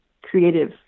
creative